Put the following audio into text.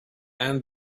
and